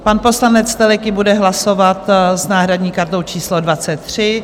Pan poslanec Teleky bude hlasovat s náhradní kartou číslo 23.